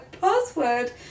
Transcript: password